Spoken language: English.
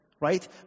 Right